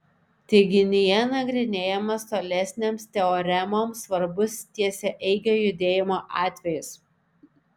teiginyje nagrinėjamas tolesnėms teoremoms svarbus tiesiaeigio judėjimo atvejis